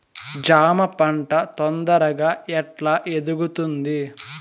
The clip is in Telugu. జామ పంట తొందరగా ఎట్లా ఎదుగుతుంది?